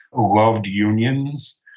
who loved unions.